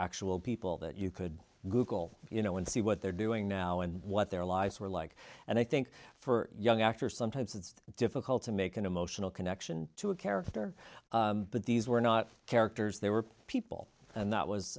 actual people that you could google you know and see what they're doing now and what their lives were like and i think for young actors sometimes it's difficult to make an emotional connection to a character but these were not characters they were people and that was